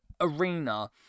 arena